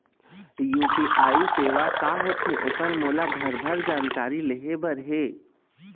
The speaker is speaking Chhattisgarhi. यू.पी.आई सेवा का होथे ओकर मोला भरभर जानकारी लेहे बर हे?